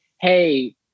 hey